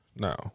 No